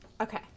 okay